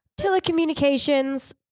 Telecommunications